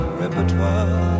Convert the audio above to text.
repertoire